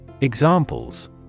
Examples